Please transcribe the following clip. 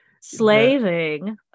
Slaving